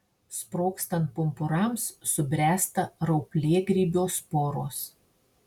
sprogstant pumpurams subręsta rauplėgrybio sporos